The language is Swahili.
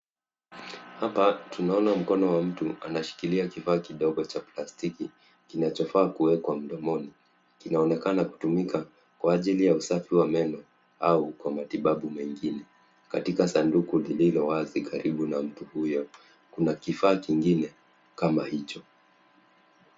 Hapa tunaona mkono wa mtu anashikilia kifaa kidogo cha plastiki kinacho faa kuekwa mdomoni, kinaonekana kutumika kwa ajili ya usafi wa meno au kwa matibabu mengine. Katika sanduku lililo wazi ni karibu na mtu huyo. Kuna kifaa kingine kama hicho.